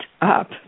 up